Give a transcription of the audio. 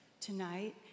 tonight